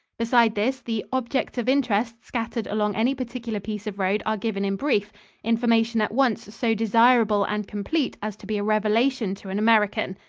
besides this, the objects of interest scattered along any particular piece of road are given in brief information at once so desirable and complete as to be a revelation to an american.